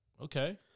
okay